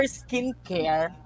skincare